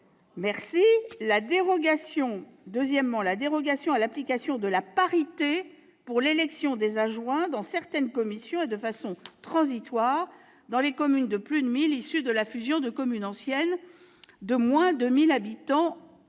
est prévue la dérogation à l'application de la parité pour l'élection des adjoints, dans certaines conditions et de façon transitoire, dans les communes de plus de 1 000 habitants issues de la fusion de communes anciennes de moins de 1 000 habitants.